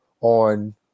on